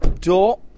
door